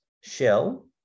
shell